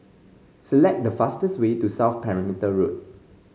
select the fastest way to South Perimeter Road